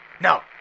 No